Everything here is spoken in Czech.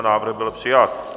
Návrh byl přijat.